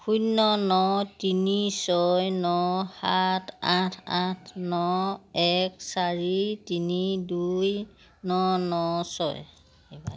শূন্য ন তিনি ছয় ন সাত আঠ আঠ ন এক চাৰি তিনি দুই ন ন ছয় এবাৰ